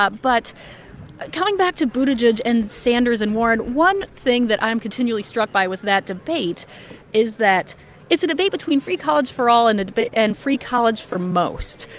but but coming back to buttigieg and sanders and warren, one thing that i am continually struck by with that debate is that it's a debate between free college for all and and free college for most,